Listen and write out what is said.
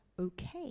okay